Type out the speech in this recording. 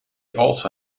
also